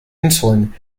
insulin